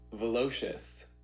Velocious